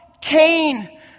Cain